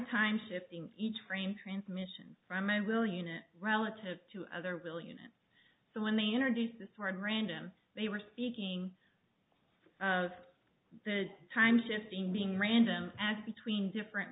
time shifting each frame transmission from my will unit relative to other real units so when they introduced this word random they were speaking of the time shifting being random as between different